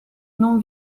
non